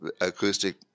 acoustic